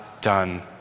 done